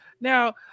Now